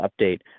update